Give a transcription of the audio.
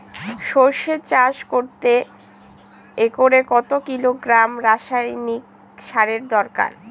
সরষে চাষ করতে একরে কত কিলোগ্রাম রাসায়নি সারের দরকার?